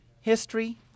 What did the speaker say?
history